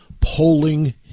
polling